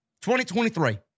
2023